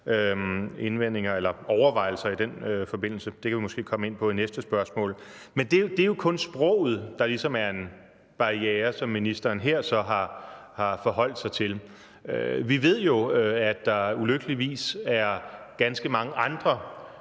ministerens overvejelser i den forbindelse. Det kan vi måske komme ind på under næste spørgsmål. Men det er jo kun sproget – der ligesom er en barriere – som ministeren her så har forholdt sig til. Vi ved jo, at der ulykkeligvis er ganske mange andre